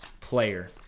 player